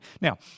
Now